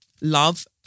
love